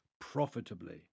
profitably